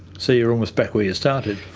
so you're almost back where you started.